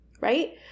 right